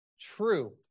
true